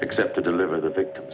except to deliver the victims